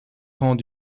rangs